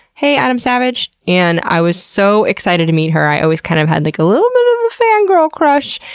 hey, adam savage! and i was so excited to meet her. i always kind of had like a little bit of a fan girl crush.